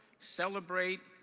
celebrate,